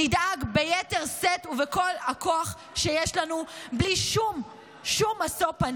נדאג ביתר שאת ובכל הכוח שיש לנו בלי שום שום משוא פנים.